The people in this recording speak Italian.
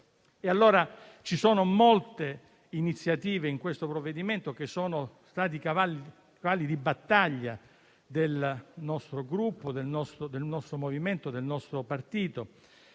Ci sono molte iniziative nel provvedimento in esame che sono stati cavalli di battaglia del nostro Gruppo, del nostro movimento, del nostro partito,